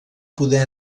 poder